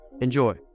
Enjoy